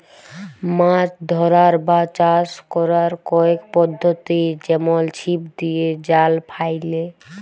মাছ ধ্যরার বা চাষ ক্যরার কয়েক পদ্ধতি যেমল ছিপ দিঁয়ে, জাল ফ্যাইলে